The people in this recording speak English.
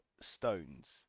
stones